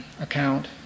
account